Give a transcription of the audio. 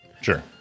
Sure